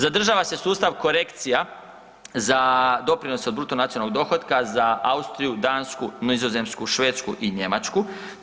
Zadržava se sustav korekcija za doprinos od bruto nacionalnog dohotka za Austriju, Dansku, Nizozemsku, Švedsku i Njemačku.